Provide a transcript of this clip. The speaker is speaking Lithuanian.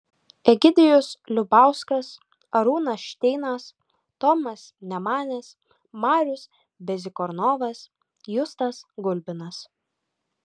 egidijus liubauskas arūnas šteinas tomas nemanis marius bezykornovas justas gulbinas